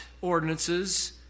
ordinances